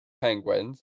Penguins